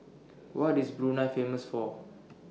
What IS Brunei Famous For